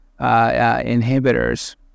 inhibitors